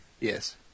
Yes